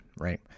right